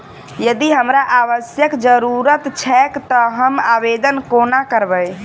यदि हमरा आवासक जरुरत छैक तऽ हम आवेदन कोना करबै?